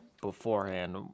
beforehand